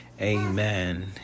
Amen